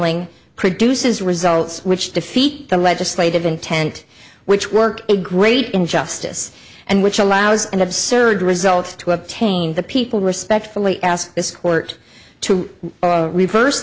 ing produces results which defeat the legislative intent which work a great injustice and which allows an absurd result to obtain the people respectfully ask this court to reverse